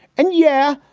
and, yeah,